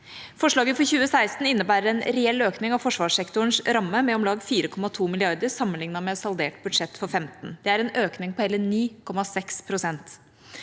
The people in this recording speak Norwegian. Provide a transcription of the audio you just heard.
Forslaget for 2016 innebærer en reell økning av forsvarssektorens ramme med om lag 4,2 mrd. kr sammenlignet med saldert budsjett for 2015. Det er en økning på hele 9,6 pst.